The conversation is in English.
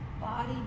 Body